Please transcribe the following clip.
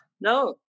no